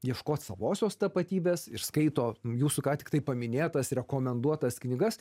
ieškot savosios tapatybės ir skaito jūsų ką tik paminėtas rekomenduotas knygas